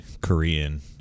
Korean